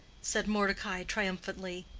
said mordecai, triumphantly.